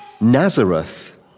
Nazareth